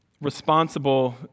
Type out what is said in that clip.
responsible